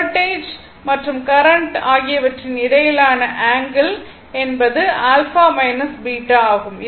voltage மற்றும் current ஆகியவற்றின் இடையிலான ஆங்கிள் என்பது α β ஆகும்